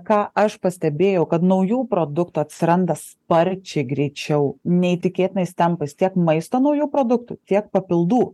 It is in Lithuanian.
ką aš pastebėjau kad naujų produktų atsiranda sparčiai greičiau neįtikėtinais tempais tiek maisto naujų produktų tiek papildų